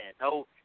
No